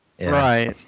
Right